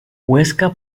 huesca